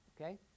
Okay